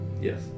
Yes